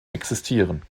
existieren